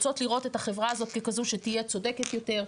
רוצות לראות את החברה הזאת ככזו שתהיה צודקת יותר,